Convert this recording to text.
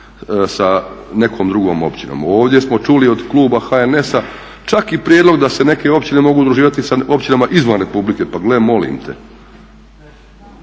sa nekom drugom općinom. Ovdje smo čuli od kluba HNS-a čak i prijedlog da se neke općine mogu udruživati izvan Republike, pa gle molim te,